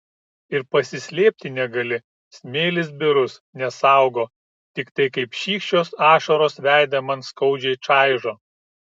ir pasislėpti negali smėlis birus nesaugo tiktai kaip šykščios ašaros veidą man skaudžiai čaižo